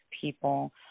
people